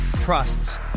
trusts